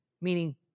Meaning